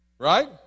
right